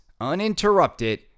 uninterrupted